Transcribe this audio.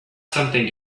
something